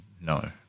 No